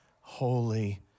holy